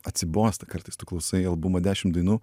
atsibosta kartais tu klausai albumo dešim dainų